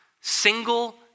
single